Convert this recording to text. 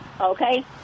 Okay